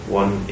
one